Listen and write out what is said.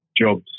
jobs